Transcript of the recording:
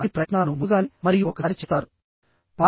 ఇవి tension members యొక్క కొన్ని అప్లికేషన్స్